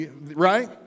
right